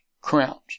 crowns